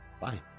Bye